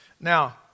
Now